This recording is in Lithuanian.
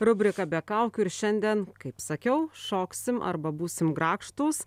rubrika be kaukių ir šiandien kaip sakiau šoksim arba būsim grakštūs